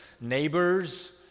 neighbors